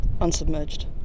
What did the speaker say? unsubmerged